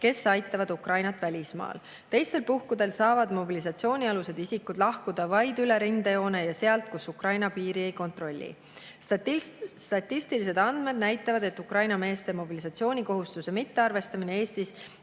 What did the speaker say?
kes aitavad Ukrainat välismaal. Teistel puhkudel saavad mobilisatsioonialused isikud lahkuda vaid üle rindejoone ja sealt, kus Ukraina piiri ei kontrolli. Statistilised andmed näitavad, et Ukraina meeste mobilisatsioonikohustuse mittearvestamine Eestis